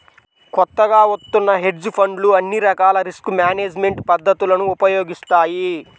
కొత్తగా వత్తున్న హెడ్జ్ ఫండ్లు అన్ని రకాల రిస్క్ మేనేజ్మెంట్ పద్ధతులను ఉపయోగిస్తాయి